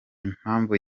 impamvu